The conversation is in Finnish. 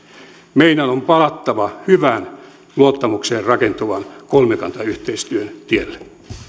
meidän on palattava hyvän luottamukseen rakentuvan kolmikantayhteistyön tielle